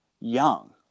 young